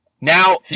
Now